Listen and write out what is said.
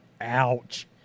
Ouch